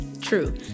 True